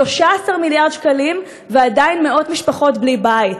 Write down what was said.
13 מיליארד שקלים, ועדיין מאות משפחות בלי בית.